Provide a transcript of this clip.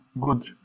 good